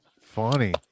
funny